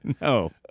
No